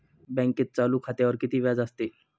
बँकेत चालू खात्यावर किती व्याज असते?